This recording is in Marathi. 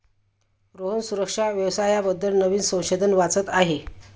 रोहन सुरक्षा व्यवसाया बद्दल नवीन संशोधन वाचत आहे